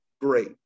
great